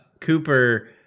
Cooper